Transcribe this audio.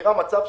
שמחמירה מצב.